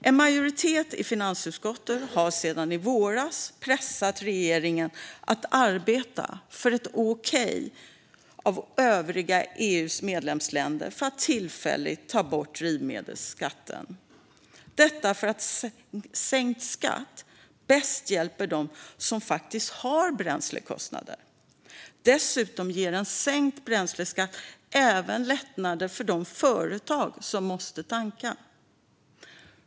En majoritet i finansutskottet har sedan i våras pressat regeringen att arbeta för ett okej från övriga EU:s medlemsländer för att tillfälligt ta bort drivmedelsskatten - detta för att sänkt skatt bäst hjälper dem som faktiskt har bränslekostnader. Dessutom ger en sänkt bränsleskatt även lättnader för de företag som måste tanka.